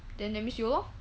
then that means 有 lor